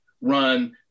run